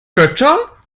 götter